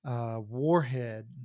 warhead